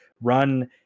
run